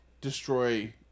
destroy